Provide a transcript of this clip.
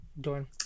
done